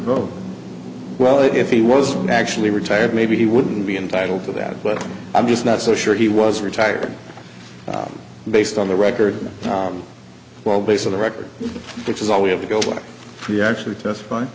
bode well if he was actually retired maybe he wouldn't be entitled to that but i'm just not so sure he was retired based on the record well based on the record which is all we have to go on for you actually just fine